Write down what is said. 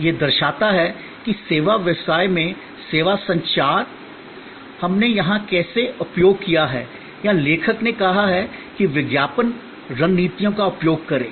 यह दर्शाता है कि सेवा व्यवसाय में सेवा संचार या संचार हमने यहां कैसे उपयोग किया है या लेखक ने कहा है कि विज्ञापन रणनीतियों का उपयोग करें